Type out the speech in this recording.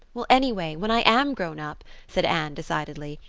well, anyway, when i am grown up, said anne decidedly,